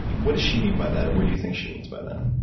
what does she mean by that, or what do you think she means by that?